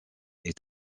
est